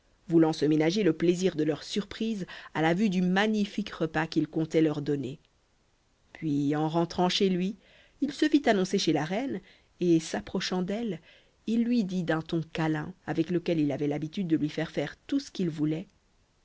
voulant se ménager le plaisir de leur surprise à la vue du magnifique repas qu'il comptait leur donner puis en rentrant chez lui il se fit annoncer chez la reine et s'approchant d'elle il lui dit d'un ton câlin avec lequel il avait l'habitude de lui faire faire tout ce qu'il voulait